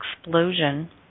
explosion